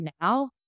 now